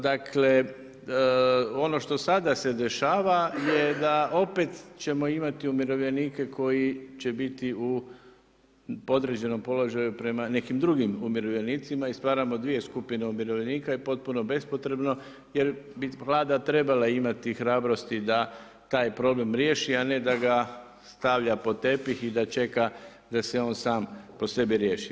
Dakle, ono što sada se dešava je da opet ćemo imati umirovljenike koji će biti u podređenim položaju prema nekim drugim umirovljenicima i stvaramo dvije skupine umirovljenika, potpuno bespotrebno jer bi Vlada trebala imati hrabrosti da taj problem riješi a ne da ga stavlja pod tepih i da čeka da se on sam po sebi riješi.